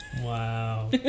Wow